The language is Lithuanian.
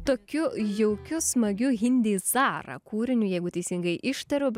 tokiu jaukiu smagiu hindi sara kūriniu jeigu teisingai ištariau